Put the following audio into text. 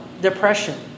depression